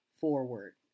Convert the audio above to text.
forward